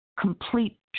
complete